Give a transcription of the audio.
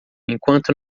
enquanto